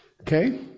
Okay